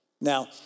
Now